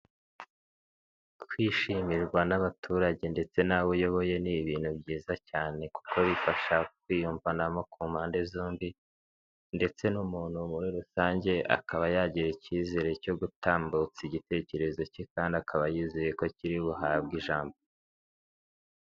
Kwishimirwa n'abaturage ndetse n'abo uyoboye ni ibintu byiza cyane, kuko bifasha kwiyumvanamo ku mpande zombi ndetse n'umuntu muri rusange akaba yagirira icyizere cyo gutambutsa igitekerezo cye kandi akaba yizeye ko kiri buhabwe ijambo.